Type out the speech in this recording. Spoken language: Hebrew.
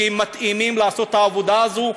שהם מתאימים לעשות את העבודה הזאת,